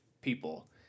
people